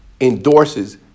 endorses